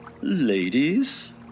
Ladies